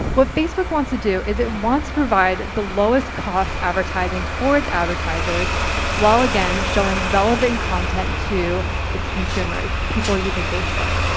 what facebook wants to do is it wants to provide the lowest cost advertising for its advertisers while again showing relevant content to its consumers, people using facebook.